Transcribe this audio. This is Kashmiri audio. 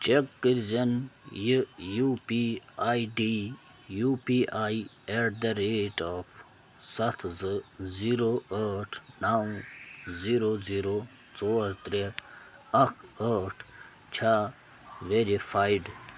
چَک کٔرۍزٮ۪ن یہِ U P I D U P I at the rate of سَتھ زٕ زیٖرو ٲٹھ نَو زیٖرو زیٖرو ژور ترٛےٚ اَکھ ٲٹھ چھےٚ ویرِفایِڈ